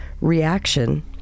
reaction